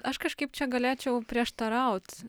aš kažkaip čia galėčiau prieštaraut